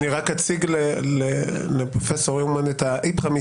אני רק אציג לפרופ' אומן את האיפכא-מסתברא,